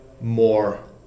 more